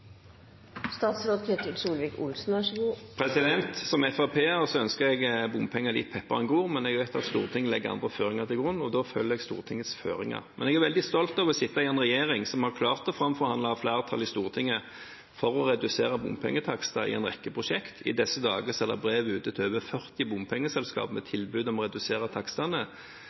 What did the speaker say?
Som FrP-er ønsker jeg bompenger dit pepperen gror, men jeg vet at Stortinget legger andre føringer til grunn, og da følger jeg Stortingets føringer. Jeg er veldig stolt av å sitte i en regjering som har klart å framforhandle et flertall i Stortinget for å redusere bompengetakster i en rekke prosjekter. I disse dager er det brev ute til over 40 bompengeselskaper med tilbud om økte statlige bevilgninger for å redusere takstene.